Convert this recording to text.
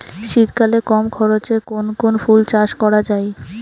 শীতকালে কম খরচে কোন কোন ফুল চাষ করা য়ায়?